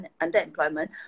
underemployment